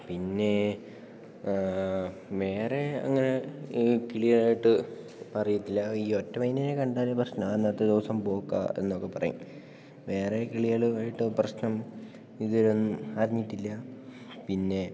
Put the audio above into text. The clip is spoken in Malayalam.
പിന്നെ വേറെ അങ്ങനെ ക്ലിയറായിട്ട് അറിയത്തില്ല ഈ ഒറ്റ മൈനേനെ കണ്ടാൽ പ്രശ്നമാണ് അന്നത്തെ ദിവസം പോക്കാ എന്നൊക്കെ പറയും വേറെ കിളികള് ആയിട്ട് പ്രശ്നം ഇതുവരെ ഒന്നും അറിഞ്ഞിട്ടില്ല പിന്നെ